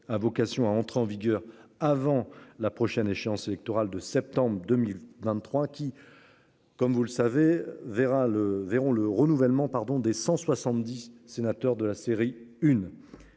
à vocation à entrer en vigueur avant la prochaine échéance électorale de septembre 2023 qui. Comme vous le savez verra le verront le renouvellement pardon des 170 sénateurs de la série